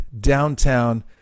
downtown